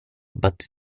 but